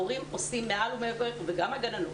המורים עושים מעל ומעבר וגם הגננות.